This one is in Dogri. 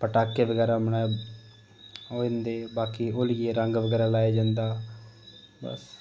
पटाखे बगैरा होई जंदे बाकी होलियै ई रंग बगैरा लाया जंदा बस